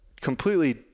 completely